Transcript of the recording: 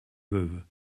veuve